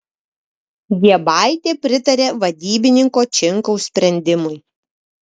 giebaitė pritarė vadybininko činkaus sprendimui